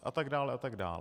A tak dále a tak dále.